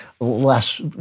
less